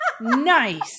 nice